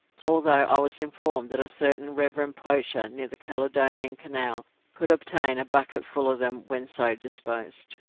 although i was informed that a certain reverend poacher near the caledonian canal could obtain a bucket full of them when so disposed.